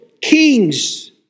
kings